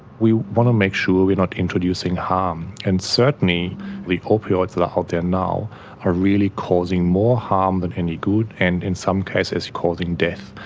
we want to make sure we're not introducing harm, and certainly the opioids that are out there now are really causing more harm than any good, and in some cases causing death,